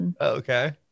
Okay